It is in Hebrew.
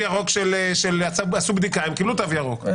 נכון.